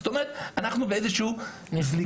זאת אומרת שאנחנו באיזושהי זליגה.